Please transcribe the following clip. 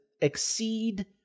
exceed